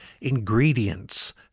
ingredients